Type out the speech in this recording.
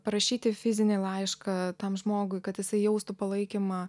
parašyti fizinį laišką tam žmogui kad jisai jaustų palaikymą